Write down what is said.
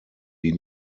die